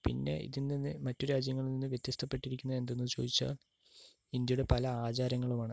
പിന്നെ ഇതിൽ നിന്ന് മറ്റ് രാജ്യങ്ങളിൽ നിന്ന് വ്യത്യസ്തപ്പെട്ടിരിക്കുന്നത് എന്തെന്ന് ചോദിച്ചാൽ ഇന്ത്യയുടെ പല ആചാരങ്ങളുമാണ്